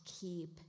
keep